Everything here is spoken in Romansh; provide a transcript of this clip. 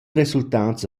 resultats